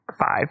five